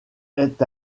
est